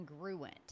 congruent